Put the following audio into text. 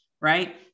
right